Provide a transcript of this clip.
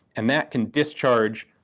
and that can discharge,